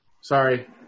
Sorry